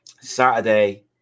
Saturday